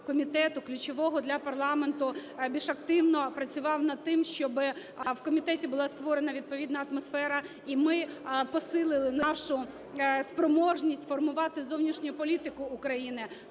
ключового для парламенту більш активно працював над тим, щоби в комітеті була створена відповідна атмосфера і ми посилили нашу спроможність формувати зовнішню політику України,